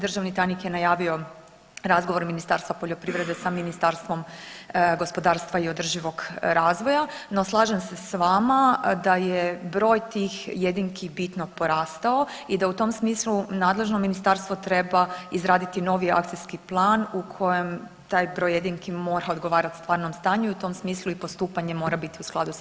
Državni tajnik je najavio razgovor Ministarstva poljoprivrede sa Ministarstvom gospodarstva i održivog razvoja, no slažem se sa vama da je broj tih jedinki bitno porastao i da u tom smislu nadležno ministarstvo treba izraditi novi akcijski plan u kojem taj broj jedinki mora odgovarati stvarnom stanju i u tom smislu i postupanje mora biti u skladu sa stvarnim stanjem.